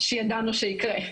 שידענו שיקרה.